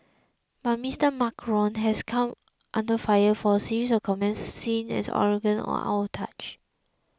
but Mr Macron has come under fire for a series of comments seen as arrogant or out of touch